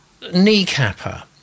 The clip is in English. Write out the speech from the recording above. kneecapper